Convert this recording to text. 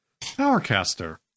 Powercaster